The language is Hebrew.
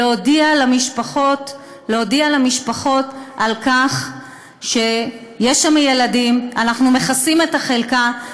להודיע למשפחות על כך שיש שם ילדים: אנחנו מכסים את החלקה,